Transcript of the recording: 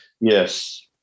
Yes